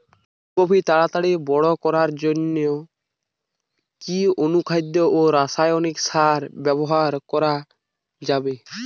ফুল কপি তাড়াতাড়ি বড় করার জন্য কি অনুখাদ্য ও রাসায়নিক সার ব্যবহার করা যাবে?